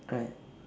right